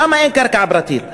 שם אין קרקע פרטית.